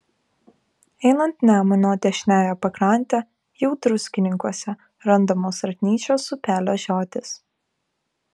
einant nemuno dešiniąja pakrante jau druskininkuose randamos ratnyčios upelio žiotys